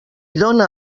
dóna